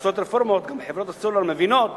לעשות רפורמות, גם חברות הסלולר מבינות